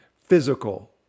physical